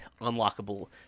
unlockable